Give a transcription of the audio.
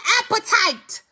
appetite